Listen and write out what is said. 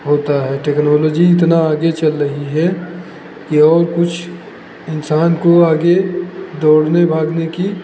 होता है टेक्नोलॉजी इतना आगे चल रही है ये और कुछ इंसान को आगे दौड़ने भागने की